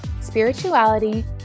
spirituality